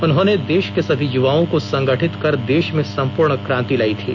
उन्होंने देश के ॅसभी युवाओं को संगठित कर देश में संपूर्ण क्रांतिं लाई थी